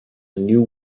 new